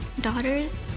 daughters